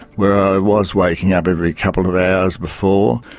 where i was walking up every couple of hours before.